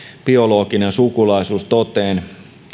biologinen sukulaisuus toteen